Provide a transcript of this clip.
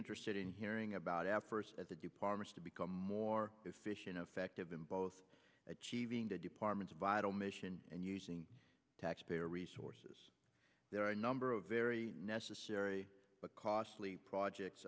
interested in hearing about adverse at the departments to become more efficient effective in both achieving the department's vital mission and using taxpayer resources there are a number of very necessary but costly project